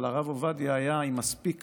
אבל הרב עובדיה היה עם מספיק